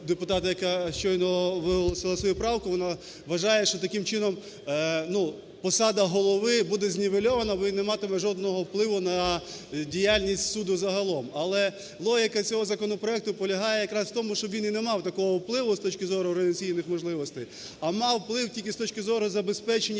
депутата, яка щойно виголосила свою правку, вона вважає, що таким чином посада голови буде знівельована, бо він не матиме жодного впливу на діяльність суду загалом. Але логіка цього законопроекту полягає якраз в тому, щоб він і не мав такого впливу з точки зору організаційних можливостей, а мав вплив тільки з точки зору забезпечення